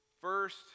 First